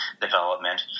development